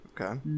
Okay